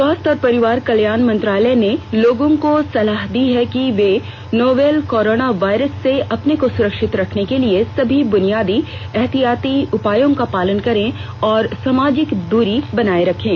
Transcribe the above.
स्वास्थ्य और परिवार कल्याण मंत्रालय ने लोगों को सलाह दी है कि वे नोवल कोरोना वायरस से अपने को सुरक्षित रखने के लिए सभी बुनियादी एहतियाती उपायों का पालन करें और सामाजिक दूरी बनाए रखें